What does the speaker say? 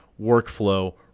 workflow